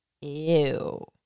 Ew